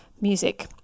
music